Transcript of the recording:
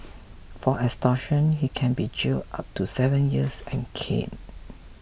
for extortion he can be jailed up to seven years and caned